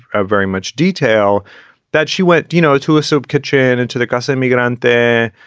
ah very much detail that she went, you know, to a soup kitchen and to the ghassemi going on there.